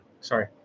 Sorry